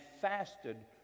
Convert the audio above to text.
fasted